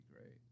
great